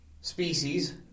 species